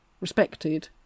respected